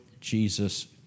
Jesus